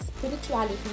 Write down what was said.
spirituality